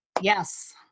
yes